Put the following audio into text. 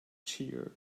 cheered